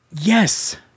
Yes